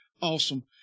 awesome